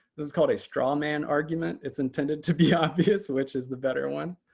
this is called a straw man argument. it's intended to be obvious which is the better one.